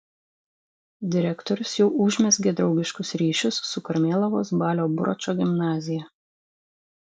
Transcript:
direktorius jau užmezgė draugiškus ryšius su karmėlavos balio buračo gimnazija